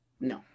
No